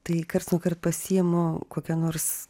tai karts nuo kart pasiimu kokią nors